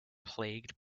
plagued